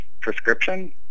prescription